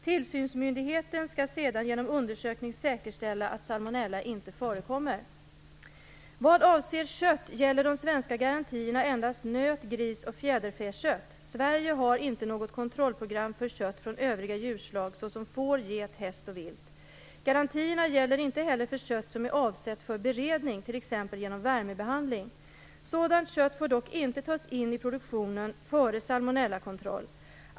Tillsynsmyndigheten skall sedan genom undersökning säkerställa att salmonella inte förekommer. Vad avser kött gäller de svenska garantierna endast nöt-, gris och fjäderfäkött. Sverige har inte något kontrollprogram för kött från övriga djurslag såsom får, get, häst och vilt. Garantierna gäller inte heller för kött som är avsett för beredning, t.ex. genom värmebehandling. Sådant kött får dock inte tas in i produktionen före salmonellakontroll.